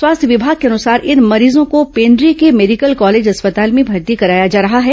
स्वास्थ्य विभाग के अनुसार इन मरीजों को पेण्ड्री के मेडिकल कॉलेज अस्पताल में भर्ती कराया जा रहा है